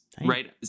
right